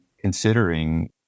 considering